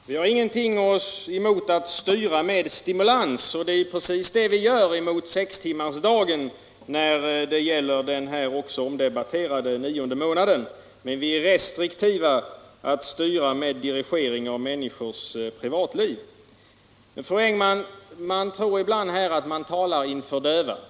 Herr talman! Vi har ingenting emot att styra med stimulansåtgärder — det är ju precis det vi gör när det gäller sextimmarsdagen och den omdebatterade nionde månaden — men vi är restriktiva när det gäller att styra medelst dirigering av människors privatliv. si Man tror ibland, fröken Engman, att man här talar inför döva öron.